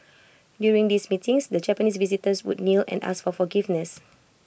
during these meetings the Japanese visitors would kneel and ask for forgiveness